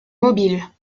mobiles